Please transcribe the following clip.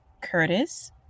Curtis